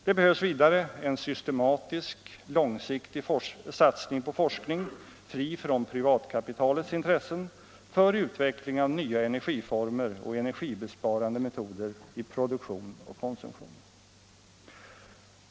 Det behövs vidare en systematisk, långsiktig satsning på forskning, fri från privatkapitalets intressen, för utveckling av nya energiformer och energisparande metoder i produktion och konsumtion.